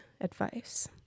advice